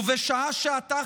ובשעה שאתה,